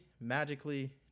magically